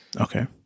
Okay